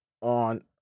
on